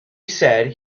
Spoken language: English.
said